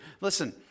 Listen